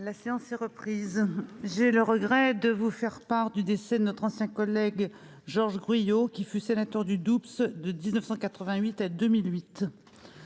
La séance est reprise. J'ai le regret de vous faire part du décès de notre ancien collègue Georges Gruillot, qui fut sénateur du Doubs de 1988 à 2008.